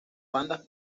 bandas